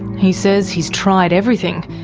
he says he's tried everything,